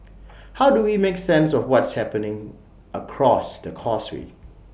how do we make sense of what's happening across the causeway